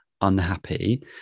unhappy